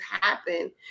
happen